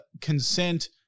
consent